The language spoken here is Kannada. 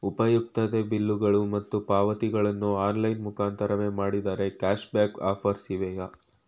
ಉಪಯುಕ್ತತೆ ಬಿಲ್ಲುಗಳು ಮತ್ತು ಪಾವತಿಗಳನ್ನು ಆನ್ಲೈನ್ ಮುಖಾಂತರವೇ ಮಾಡಿದರೆ ಕ್ಯಾಶ್ ಬ್ಯಾಕ್ ಆಫರ್ಸ್ ಇವೆಯೇ?